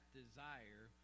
desire